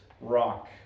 rock